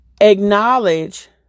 acknowledge